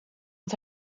dat